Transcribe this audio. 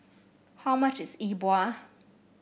how much is Yi Bua